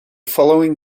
following